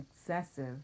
excessive